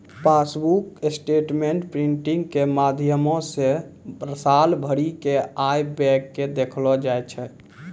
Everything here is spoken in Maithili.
पासबुक स्टेटमेंट प्रिंटिंग के माध्यमो से साल भरि के आय व्यय के देखलो जाय छै